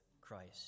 Christ